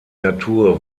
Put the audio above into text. natur